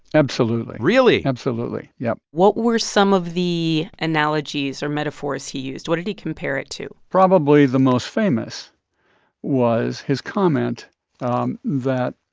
absolutely really? absolutely, yeah what were some of the analogies or metaphors he used? what did he compare it to? probably the most famous was his comment um that